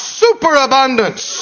superabundance